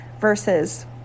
versus